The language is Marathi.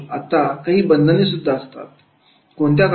आणि आता काही बंधने असतात